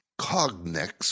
Cognex